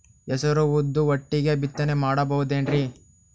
ಹೆಸರು ಉದ್ದು ಒಟ್ಟಿಗೆ ಬಿತ್ತನೆ ಮಾಡಬೋದೇನ್ರಿ?